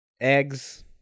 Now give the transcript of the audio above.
eggs